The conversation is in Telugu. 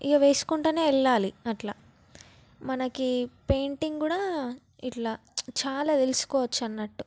ఇగ వేసుకుంటానే వెళ్ళాలి అట్లా మనకి పెయింటింగ్ కూడా ఇట్లా చాలా తెలుసుకోవచ్చన్నట్టు